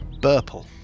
Burple